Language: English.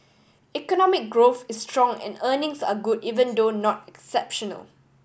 economic growth is strong and earnings are good even though not exceptional